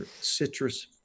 citrus